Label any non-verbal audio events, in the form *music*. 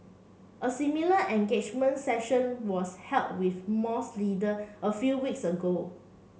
a similar engagement session was held with *unintelligible* leaders a few weeks ago